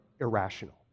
irrational